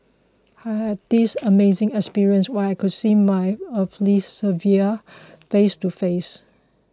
I had this amazing experience where I could see my earthly saviour face to face